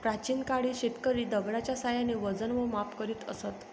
प्राचीन काळी शेतकरी दगडाच्या साहाय्याने वजन व माप करीत असत